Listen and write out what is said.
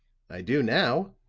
i do, now,